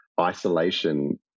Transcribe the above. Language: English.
isolation